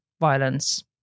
violence